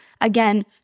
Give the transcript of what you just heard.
again